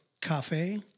cafe